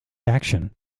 action